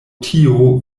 tio